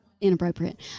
Inappropriate